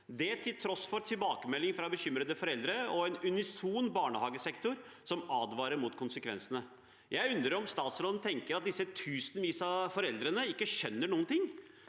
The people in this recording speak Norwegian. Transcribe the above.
det til tross for tilbakemeldinger fra bekymrede foreldre og en unison barnehagesektor som advarer mot konsekvensene. Jeg undrer meg over om statsråden tenker at disse tusenvis av foreldrene ikke skjønner noen ting.